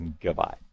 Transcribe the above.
Goodbye